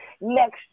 next